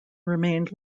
remained